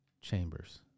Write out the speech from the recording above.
Chambers